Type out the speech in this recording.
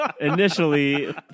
Initially